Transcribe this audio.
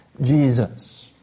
Jesus